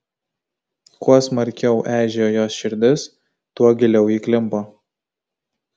kuo smarkiau eižėjo jos širdis tuo giliau ji klimpo